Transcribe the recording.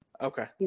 Okay